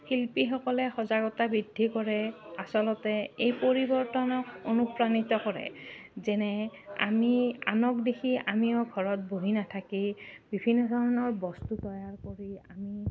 শিল্পীসকলে সজাগতা বৃদ্ধি কৰে আচলতে এই পৰিৱৰ্তনক অনুপ্ৰাণিত কৰে যেনে আমি আনক দেখি আমিও ঘৰত বহি নাথাকি বিভিন্ন ধৰণৰ বস্তু তৈয়াৰ কৰি আমি